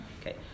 Okay